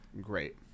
great